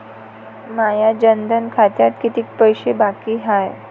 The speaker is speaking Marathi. माया जनधन खात्यात कितीक पैसे बाकी हाय?